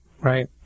right